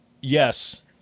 Yes